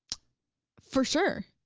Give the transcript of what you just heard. for sure.